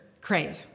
crave